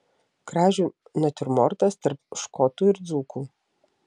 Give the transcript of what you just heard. kražių natiurmortas tarp škotų ir dzūkų